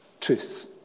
truth